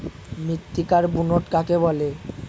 মৃত্তিকার বুনট কাকে বলে?